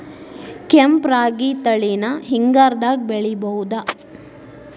ಕೆಂಪ ರಾಗಿ ತಳಿನ ಹಿಂಗಾರದಾಗ ಬೆಳಿಬಹುದ?